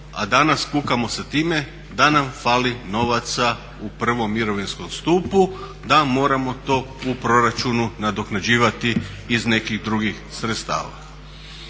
a danas kukamo sa time da nam fali novaca u prvom mirovinskom stupu da moramo to u proračunu nadoknađivati iz nekih drugih sredstava.